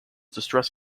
distress